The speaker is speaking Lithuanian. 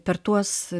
per tuos